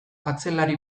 atzelari